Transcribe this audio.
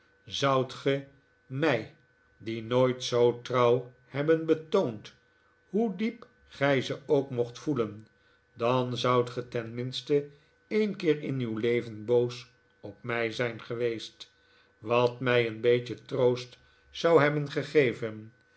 zoudt ge mij die nooit zoo trouw hebben getoond hoe diep gij ze ook mocht voelen dan zoudt ge tenminste een keer in uw leven boos op mij zijn geweest wat mij een beetje troost zou hebben gegeven